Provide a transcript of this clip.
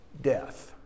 death